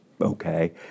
okay